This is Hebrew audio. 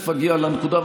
תכף אגיע לנקודה,